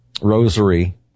rosary